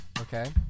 okay